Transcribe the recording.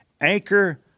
Anchor